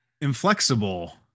inflexible